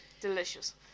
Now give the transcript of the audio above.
Delicious